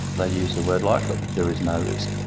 they use the word likely there is no risk,